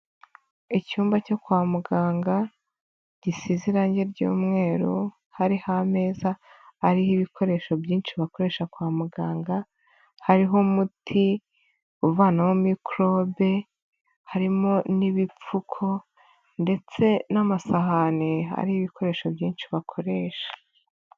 Icyumba cyo kwa muganga gisize irange ry'umweru hariho ameza ariho ibikoresho byinshi bakoresha kwa muganga, hariho umuti uvanaho mikorobe, harimo n'ibipfuko ndetse n'amasahane ariho ibikoresho byinshi bakoresha.